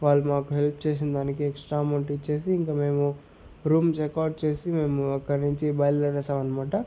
వాళ్ళు మాకు హెల్ప్ చేసినదానికి ఎక్సట్రా అమౌంట్ ఇచ్చేసి ఇంక మేము రూమ్ చెక్ అవుట్ చేసి మేము అక్కడినించి బయల్దేరేశామనమాట